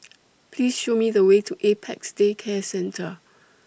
Please Show Me The Way to Apex Day Care Centre